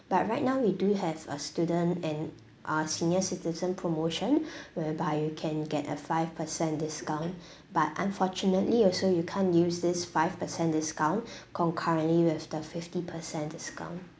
but right now we do have a student and uh senior citizen promotion whereby you can get a five percent discount but unfortunately also you can't use this five percent discount concurrently with the fifty percent discount